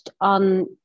on